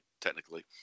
technically